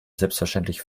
selbstverständlich